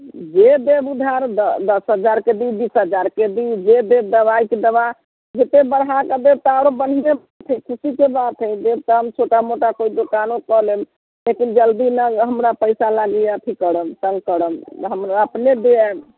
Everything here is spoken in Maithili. जे देब उधार दऽ दश हजार के दिउ बीस हजार के दिउ जे देब दवाइके दवा जते बढ़ा कऽ देब तऽ आओरो बढ़िआँ छै खुशीके बात हय जे छोटा मोटा कोइ दोकानो कऽ लेम लेकिन जल्दी नहि हमरा पैसा लागि अथी करब तङ्ग करब हमरा अपने